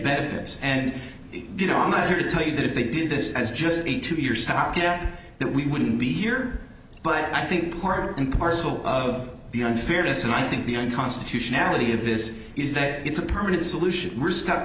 benefits and you know i'm here to tell you that if they did this as just a two year stopgap that we wouldn't be here but i think part and parcel of the unfairness and i think the unconstitutionality of this is that it's a permanent solution we're st